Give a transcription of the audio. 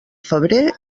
febrer